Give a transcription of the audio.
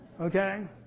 Okay